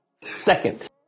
Second